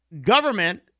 Government